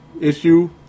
issue